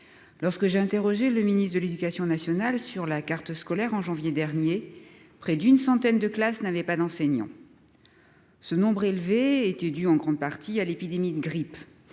Lorsque j'ai interrogé le ministre de l'Éducation nationale sur la carte scolaire en janvier dernier, près d'une centaine de classe n'avait pas d'enseignants. Ce nombre élevé était dû en grande partie à l'épidémie de grippe.